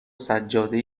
سجاده